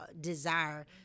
desire